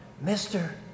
Mister